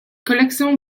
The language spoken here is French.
collections